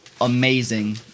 amazing